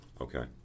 Okay